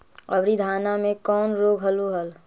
अबरि धाना मे कौन रोग हलो हल?